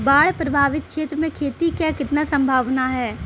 बाढ़ प्रभावित क्षेत्र में खेती क कितना सम्भावना हैं?